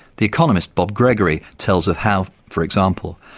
the economist bob gregory tells of how, for example,